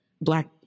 black